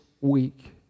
week